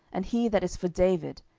and he that is for david,